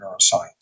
neuroscience